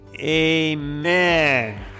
amen